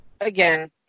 Again